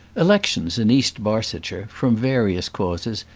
elections in east barsetshire, from various causes,